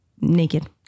naked